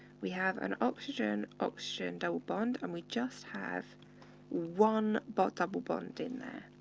we have an oxygen, oxygen double bond, and we just have one but double bond in there.